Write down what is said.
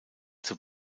zur